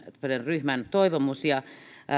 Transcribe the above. ryhmän toivomus